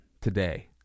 today